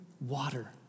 water